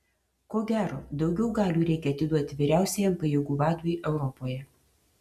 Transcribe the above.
ko gero daugiau galių reikia atiduoti vyriausiajam pajėgų vadui europoje